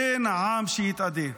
אין עם שיתאדה,